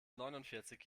neunundvierzig